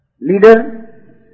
Leader